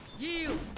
you